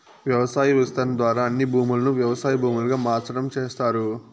వ్యవసాయ విస్తరణ ద్వారా అన్ని భూములను వ్యవసాయ భూములుగా మార్సటం చేస్తారు